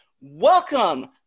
welcome